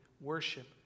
worship